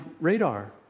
radar